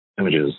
images